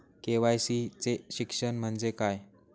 KYC चे शिक्षण म्हणजे काय?